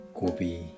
Gobi